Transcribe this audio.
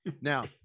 Now